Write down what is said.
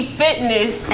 fitness